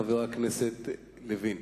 חבר הכנסת יריב לוין.